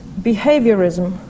behaviorism